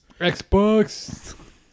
Xbox